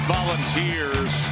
Volunteers